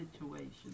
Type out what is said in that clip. situations